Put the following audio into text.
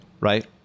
right